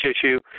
issue